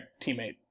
teammate